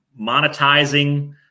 monetizing